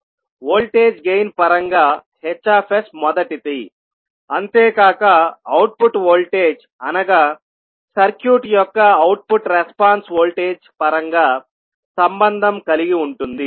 voltage gain పరంగా Hs మొదటిది అంతేకాక అవుట్పుట్ వోల్టేజ్ అనగా సర్క్యూట్ యొక్క అవుట్పుట్ రెస్పాన్స్ వోల్టేజ్ పరంగా సంబంధం కలిగి ఉంటుంది